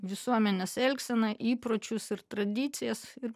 visuomenės elgseną įpročius ir tradicijas ir